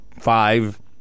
five